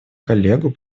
коллегу